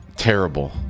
Terrible